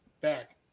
back